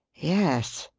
yes,